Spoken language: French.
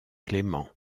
clément